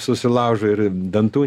susilaužo ir dantų